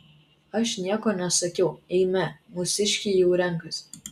aš nieko nesakiau eime mūsiškiai jau renkasi